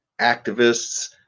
Activists